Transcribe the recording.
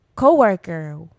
coworker